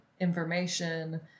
information